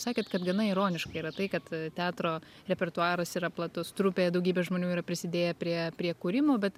sakėt kad gana ironiška yra tai kad teatro repertuaras yra platus trupėje daugybė žmonių yra prisidėję prie prie kūrimo bet